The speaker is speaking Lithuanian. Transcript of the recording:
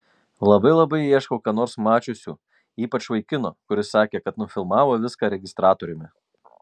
labai labai ieškau ką nors mačiusių ypač vaikino kuris sakė kad nufilmavo viską registratoriumi